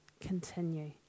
continue